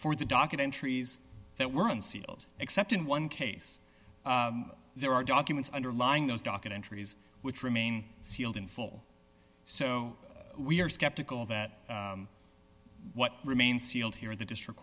for the docket entries that were unsealed except in one case there are documents underlying those docket entries which remain sealed in full so we are skeptical that what remain sealed here in the district